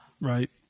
right